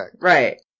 Right